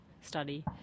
study